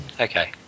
Okay